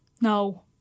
No